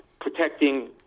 protecting